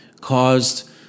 caused